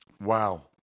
Wow